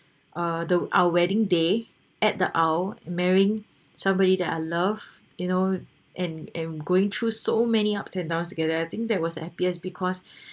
ah the our wedding day at the al~ marrying somebody that I love you know and and going through so many ups and downs to get there I think that was the happiest because